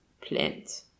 plant